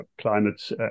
climate